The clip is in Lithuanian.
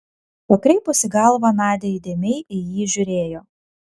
pakreipusi galvą nadia įdėmiai į jį žiūrėjo